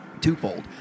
twofold